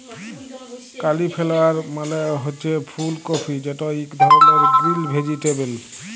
cauliflower মালে হছে ফুল কফি যেট ইক ধরলের গ্রিল ভেজিটেবল